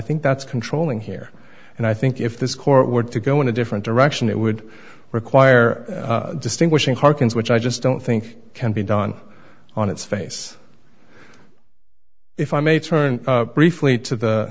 think that's controlling here and i think if this court were to go in a different direction it would require distinguishing harkins which i just don't think can be done on its face if i may turn briefly to the